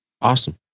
Awesome